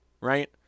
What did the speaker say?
Right